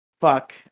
Fuck